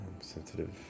sensitive